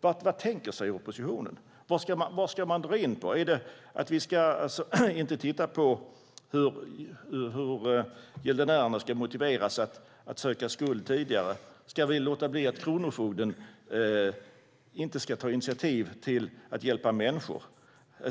Hur tänker oppositionen? Vad ska vi dra in på? Ska vi inte titta på hur gäldenärerna ska motiveras att söka skuldsanering tidigare eller hur Kronofogden ska ta initiativ till att hjälpa människor?